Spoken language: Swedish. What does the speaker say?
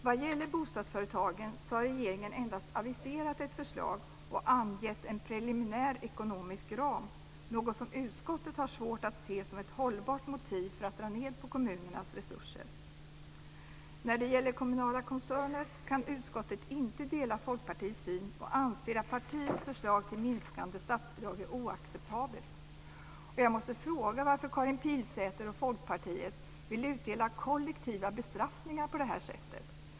Vad gäller bostadsföretagen har regeringen endast aviserat ett förslag och angivit en preliminär ekonomisk ram, något som utskottet har svårt att se som ett hållbart motiv för att dra ned på kommunernas resurser. När det gäller kommunala koncerner kan utskottet inte dela Folkpartiets syn och anser att partiets förslag till minskande statsbidrag är oacceptabelt. Jag måste fråga varför Karin Pilsäter och Folkpartiet vill utdela kollektiva bestraffningar på det här sättet.